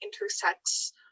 intersects